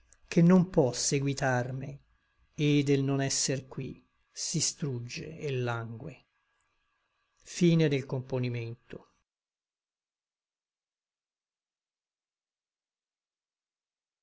che non pò seguitarme et del non esser qui si strugge et langue poi